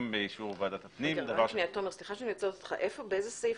באישור ועדת הפנים --- באיזה סעיף?